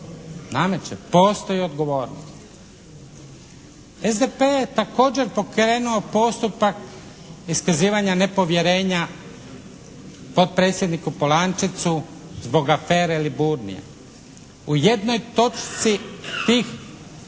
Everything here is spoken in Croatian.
nameće. Postoji odgovornost. SDP je također pokrenuo postupak iskazivanja nepovjerenja potpredsjedniku Polančecu zbog afere Liburnije. U jednoj točci tih